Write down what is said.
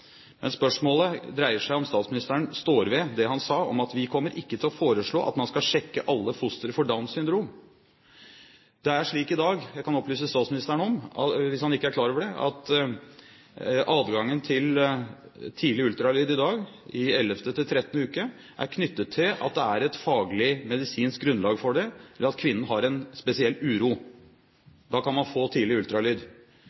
Men spørsmålet dreier seg om hvorvidt statsministeren står ved det han sa, at man kommer ikke til å foreslå at man skal sjekke alle fostre for Downs syndrom. Det er slik i dag – og det kan jeg opplyse statsministeren om hvis han ikke er klar over det – at adgangen til tidlig ultralyd i dag, i 11.–13. uke, er knyttet til at det er et faglig medisinsk grunnlag for det, om kvinnen har en spesiell